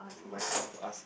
my turn to ask